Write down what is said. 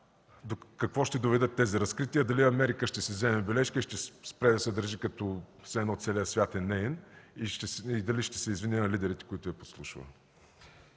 какво ще доведат тези разкрития, дали Америка ще си вземе бележка и ще спре да се държи все едно целият свят е неин и дали ще се извини на лидерите, които е подслушвала.